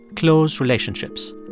close relationships.